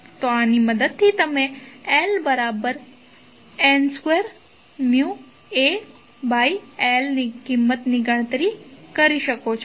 તો આની મદદથી તમે LN2μAl ની કિંમતની ગણતરી કરી શકો છો